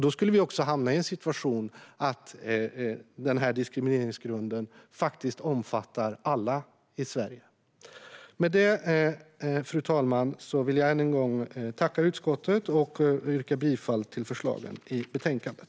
Då skulle vi hamna i en situation att diskrimineringsgrunden faktiskt omfattar alla i Sverige. Fru talman! Jag vill än en gång tacka utskottet, och jag yrkar bifall till förslagen i betänkandet.